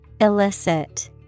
Illicit